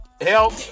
Help